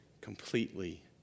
completely